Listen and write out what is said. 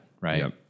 right